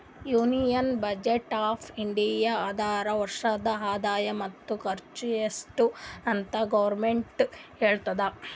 union budget of India ಅಂದುರ್ ವರ್ಷದ ಆದಾಯ ಮತ್ತ ಖರ್ಚು ಎಸ್ಟ್ ಅಂತ್ ಗೌರ್ಮೆಂಟ್ ಹೇಳ್ತುದ